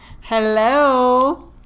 Hello